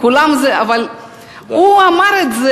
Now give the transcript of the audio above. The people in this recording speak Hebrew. אבל הוא אמר את זה: